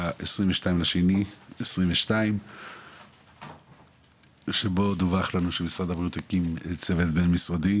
ב- 22.2.2020 שבו דווח לנו שמשרד הבריאות הקים צוות בין משרדי,